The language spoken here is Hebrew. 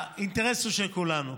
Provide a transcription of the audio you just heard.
האינטרס הוא של כולנו: